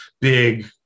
big